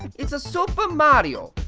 it's super mario,